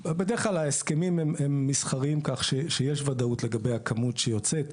בדרך כלל ההסכמים הם מסחריים כך שיש ודאות לגבי הכמות שיוצאת.